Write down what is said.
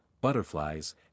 butterflies